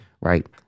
right